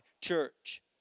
church